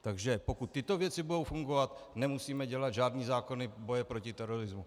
Takže pokud tyto věci budou fungovat, nemusíme dělat žádné zákony boje proti terorismu.